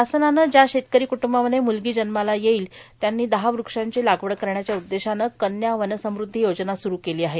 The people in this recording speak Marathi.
शासनाने ज्या शेतकरी क्टूंबामध्ये म्लगी जन्माला येईल त्यांनी दहा वृक्षांची लागवड करण्याच्या उद्देशाने कन्या वन समूद्धी योजना सुरू केली आहे